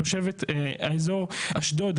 תושבת האזור אשדוד,